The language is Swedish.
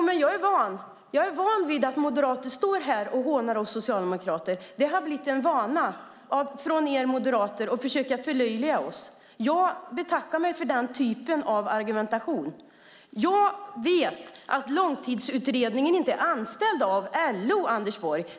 Fru talman! Jag är van vid att moderater står här och hånar oss socialdemokrater. Det har blivit en vana för er moderater att försöka förlöjliga oss. Jag betackar mig för den typen av argumentation. Jag vet att Långtidsutredningen inte är anställd av LO, Anders Borg.